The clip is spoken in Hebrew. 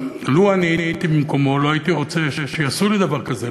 לו אני הייתי במקומו לא הייתי רוצה שיעשו לי דבר כזה.